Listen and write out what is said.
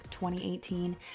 2018